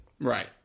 Right